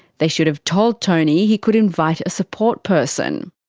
they should have told tony he could invite a support person.